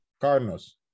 Cardinals